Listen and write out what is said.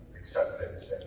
acceptance